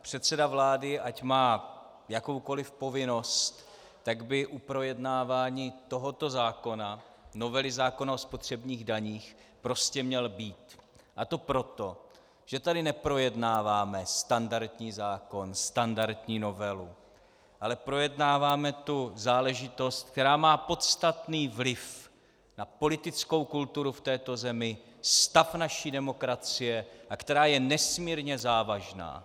Předseda vlády, ať má jakoukoli povinnost, by u projednávání tohoto zákona, novely zákona o spotřebních daních, prostě měl být, a to proto, že tady neprojednáváme standardní zákon, standardní novelu, ale projednáváme tu záležitost, která má podstatný vliv na politickou kulturu v této zemi, stav naší demokracie a která je nesmírně závažná.